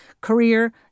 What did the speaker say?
Career